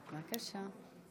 בבקשה.